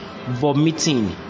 vomiting